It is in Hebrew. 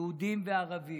יהודים וערבים,